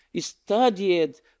studied